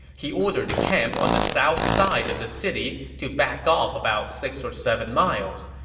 he ordered the camp on the south side of the city to back off about six or seven miles.